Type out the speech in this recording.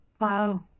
Wow